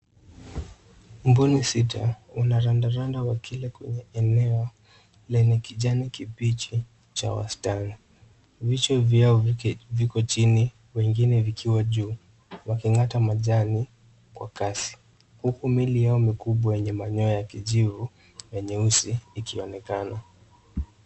Mbuni sita wanarandaranda wakila kwenye eneo lenye kijani kibichi cha wastani. Vichwa vyao viko chini wengine vikiwa juu waking'ata majani kwa kasi huku miili yao mikubwa yenye manyoya ya kijivu na nyeusi ikionekana.